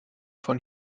von